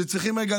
שצריכים רגע,